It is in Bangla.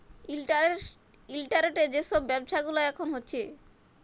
ইলটারলেটে যে ছব ব্যাব্ছা গুলা এখল হ্যছে